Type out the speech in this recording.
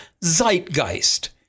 zeitgeist